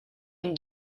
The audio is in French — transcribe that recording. une